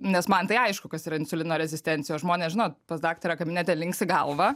nes man tai aišku kas yra insulino rezistencijos žmonės žinot pas daktarą kabinete linksi galva